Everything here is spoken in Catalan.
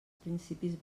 principis